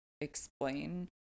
explain